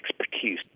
expertise